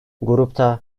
grupta